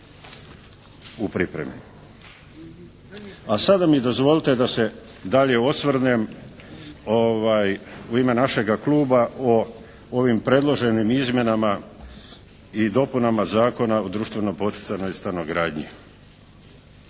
u pripremi. A sada mi dozvolite da se dalje osvrnem u ime našega kluba o ovim predloženim izmjenama i dopunama Zakona o društveno-poticajnoj stanogradnji.